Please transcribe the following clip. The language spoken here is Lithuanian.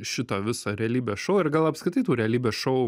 šito viso realybės šou ir gal apskritai tų realybės šou